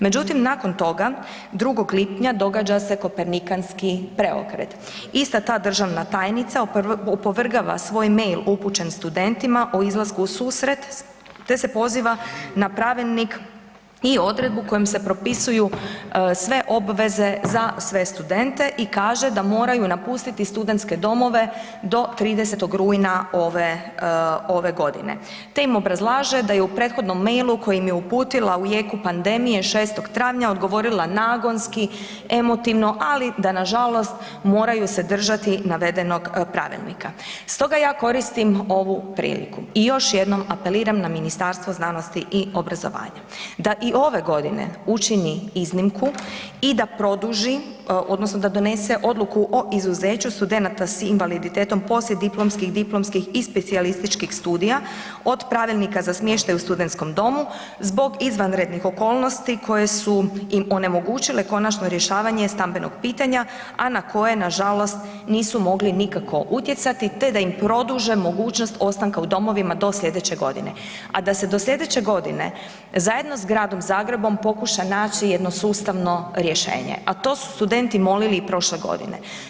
Međutim nakon toga, 02. lipnja događa se kopernikanski preokret, ista ta državna tajnica opovrgava svoj e-mail upućen studentima o izlasku u susret, te se poziva na Pravilnik i odredbu kojim se propisuju sve obveze za sve studente i kaže da moraju napustiti studentske domove do 30. rujna ove, ove godine, te im obrazlaže da je u prethodnom e-mailu koji im je uputila u jeku pandemije, 06. travnja, odgovorila nagonski, emotivno, ali da nažalost moraju se držati navedenog Pravilnika, stoga ja koristim ovu priliku i još jednom apeliram na Ministarstvo znanosti i obrazovanja da i ove godine učini iznimku i da produži odnosno da donese Odluku o izuzeću studenata s invaliditetom poslijediplomskih, diplomskih i specijalističkih studija od Pravilnika za smještaj u studentskom domu zbog izvanrednih okolnosti koje su im onemogućile konačno rješavanje stambenog pitanja, a na koje nažalost nisu mogli nikako utjecati, te da im produže mogućnost ostanka u domovima do sljedeće godine, a da se do sljedeće godine zajedno s Gradom Zagrebom pokuša naći jedno sustavno rješenje, a to su studenti molili i prošle godine.